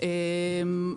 האלה.= הבנתי.